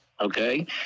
okay